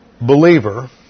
believer